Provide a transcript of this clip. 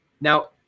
now